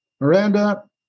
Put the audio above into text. Miranda